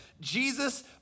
Jesus